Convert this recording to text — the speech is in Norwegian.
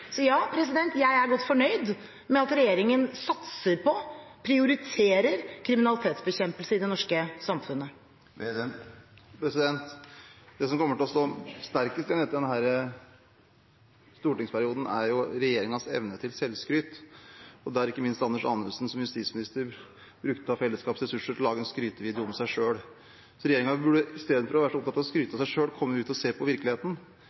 Så ja, jeg er godt fornøyd med at regjeringen satser på og prioriterer kriminalitetsbekjempelse i det norske samfunnet. Det som kommer til å stå sterkest igjen etter denne stortingsperioden, er regjeringens evne til selvskryt, ikke minst da justisminister Anders Anundsen brukte av fellesskapets ressurser for å lage en skrytevideo om seg selv. Regjeringen burde – i stedet for å være så opptatt av å skryte av seg selv – komme seg ut og se på virkeligheten.